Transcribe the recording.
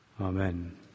Amen